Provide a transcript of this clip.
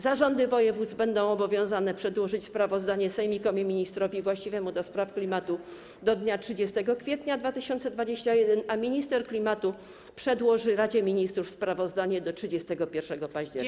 Zarządy województw będą obowiązane przedłożyć sprawozdanie sejmikom i ministrowi właściwemu do spraw klimatu do dnia 30 kwietnia 2021 r., a minister klimatu przedłoży Radzie Ministrów sprawozdanie do 31 października.